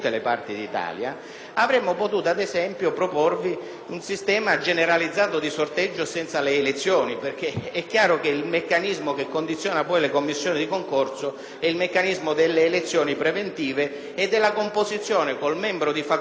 un sistema generalizzato di sorteggio senza le elezioni. È chiaro, infatti, che il meccanismo che condiziona le commissioni di concorso è quello delle elezioni preventive e della composizione con il membro di facoltà necessario in sede legale di commissione di concorso.